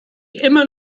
immer